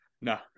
No